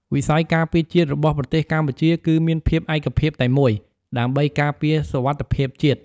វិស័យការពារជាតិរបស់ប្រទេសកម្ពុជាគឺមានភាពឯកភាពតែមួយ ដើម្បីការពារសុវត្ថិភាពជាតិ។